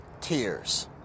tears